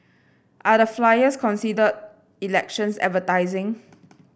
are the flyers considered elections advertising